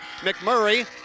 McMurray